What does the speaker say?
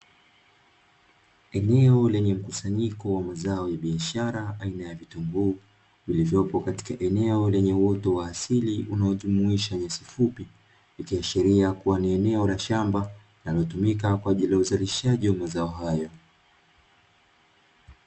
Eneo lenye mkusanyiko wa mazao ya biashara aina ya vitunguu; vilivyopo katika eneo lenye uoto wa asili unaojumuisha nyasi fupi, ikiashiria kuwa ni eneo la shamba linalotumika kwa ajili ya uzalishaji wa mazao hayo.